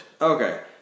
Okay